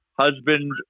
Husband